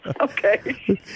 okay